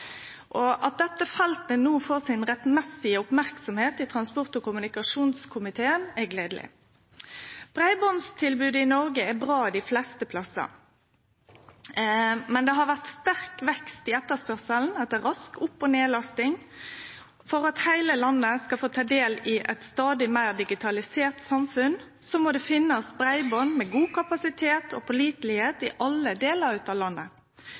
kommunikasjonsinfrastrukturen. At dette feltet no får si rettmessige merksemd i transport- og kommunikasjonskomiteen, er gledeleg. Breibandstilbodet i Noreg er bra dei fleste plassar, men det har vore sterk vekst i etterspurnaden etter rask opp- og nedlasting. For at heile landet skal få ta del i eit stadig meir digitalisert samfunn, må det finnast breiband med god kapasitet og pålitelegheit i alle delar av landet.